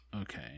Okay